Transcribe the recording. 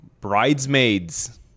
Bridesmaids